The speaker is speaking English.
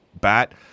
bat